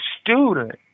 student